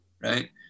right